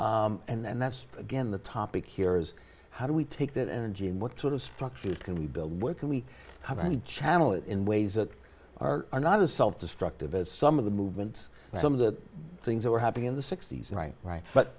right and that's again the topic here is how do we take that energy and what sort of structures can we build work can we have any channel in ways that are another self destructive as some of the movements and some of the things that were happening in the sixty's right right but